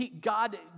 God